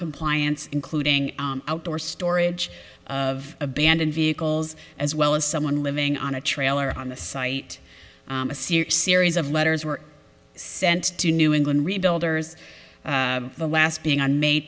compliance including outdoor storage of abandoned vehicles as well as someone living on a trailer on the site a serious series of letters were sent to new england rebuilder is the last being on may